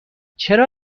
چرا